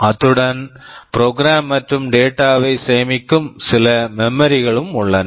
அத்துடன் program program மற்றும் data data வை சேமிக்கும் சில மெமரி memory களும் உள்ளன